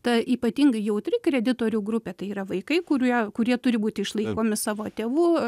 ta ypatingai jautri kreditorių grupė tai yra vaikai kurie kurie turi būti išlaikomi savo tėvų